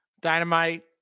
Dynamite